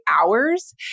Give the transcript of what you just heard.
hours